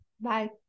Bye